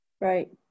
Right